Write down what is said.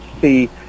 see